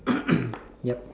yup